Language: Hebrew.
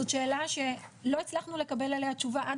זאת שאלה שלא הצלחנו לקבל עליה תשובה עד